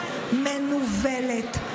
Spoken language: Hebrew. מנוולת,